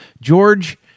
George